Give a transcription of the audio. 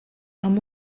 amb